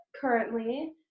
currently